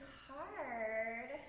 hard